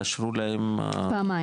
תאשרו להם פעמיים.